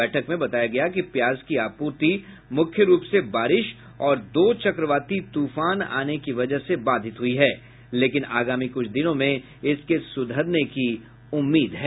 बैठक में बताया गया कि प्याज की आपूर्ति मुख्य रूप से बारिश और दो चक्रवाती तूफान आने की वजह से बाधित हुई लेकिन आगामी कुछ दिनों में इसके सुधरने की उम्मीद है